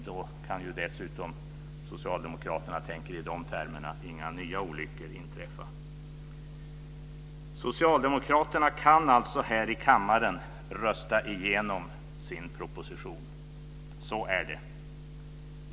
Då kan ju dessutom, om socialdemokraterna tänker i de termerna, inga nya olyckor inträffa. Socialdemokraterna kan alltså här i kammaren rösta igenom sin proposition. Så är det.